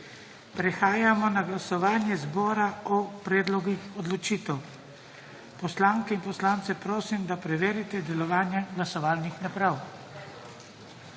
Prehajamo na glasovanje zbora o predlogih odločitev. Poslanke in poslance prosim, da preverite delovanje glasovalnih naprav.